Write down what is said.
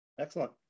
excellent